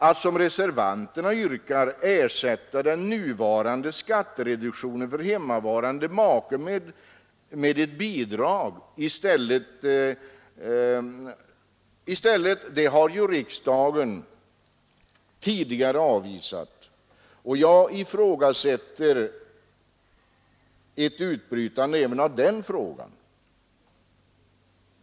Att som reservanterna föreslår ersätta den nuvarande skattereduktionen för hemmavarande make med bidrag har ju riksdagen tidigare avvisat, och jag ifrågasätter ett utbrytande även av den frågan.